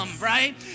right